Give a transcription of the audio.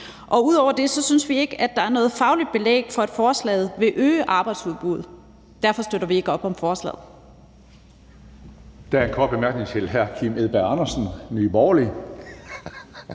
Ud over det synes vi ikke, at der er noget fagligt belæg for, at forslaget vil øge arbejdsudbuddet. Derfor støtter vi ikke op om forslaget.